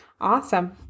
Awesome